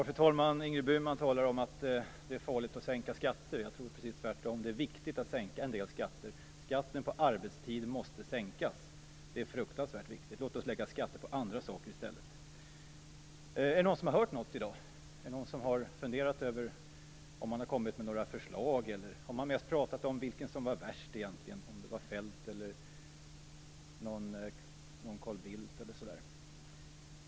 Fru talman! Ingrid Burman talade om att det är farligt att sänka skatter. Jag tror tvärtom att det är viktigt att sänka en del skatter. Skatten på arbete måste sänkas. Det är fruktansvärt viktigt. Låt oss lägga skatter på andra saker i stället. Är det någon som har hört något i dag? Är det någon som har funderat över om man har kommit med några förslag, eller har man mest pratat om vem som var värst egentligen, om det var Feldt eller Carl Bildt eller någon annan?